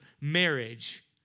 marriage